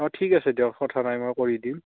অঁ ঠিক আছে দিয়ক কথা নাই মই কৰি দিম